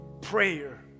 Prayer